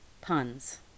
puns